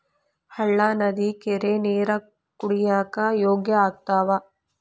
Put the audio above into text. ಹಳ್ಳಾ ನದಿ ಕೆರಿ ನೇರ ಕುಡಿಯಾಕ ಯೋಗ್ಯ ಆಗ್ಯಾವ